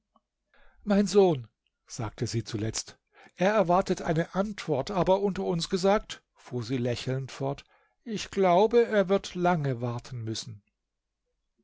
mein sohn sagte sie zuletzt er erwartet eine antwort aber unter uns gesagt fuhr sie lächelnd fort ich glaube er wird lange warten müssen